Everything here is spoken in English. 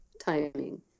timing